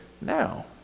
now